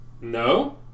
No